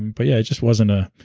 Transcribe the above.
but yeah, it just wasn't a.